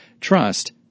Trust